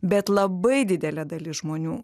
bet labai didelė dalis žmonių